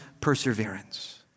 perseverance